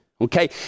Okay